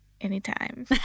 Anytime